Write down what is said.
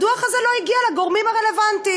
הדוח הזה לא הגיע לגורמים הרלוונטיים.